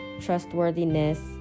trustworthiness